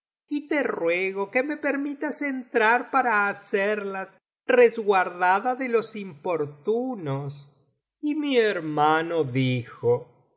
y te ruego que rae permitas entrar para hacerlas resguardada de los importunos y mi hermano dijo